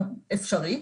אפשרי.